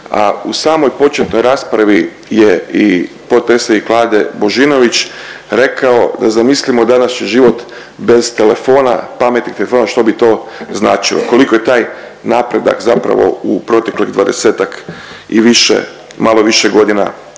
a u samoj početnoj raspravi je i potpredsjednik Vlade Božinović rekao da zamislimo današnji život bez telefona, pametnih telefona što bi to značilo. Koliko je taj napredak zapravo u proteklih 20-ak i više, malo više godina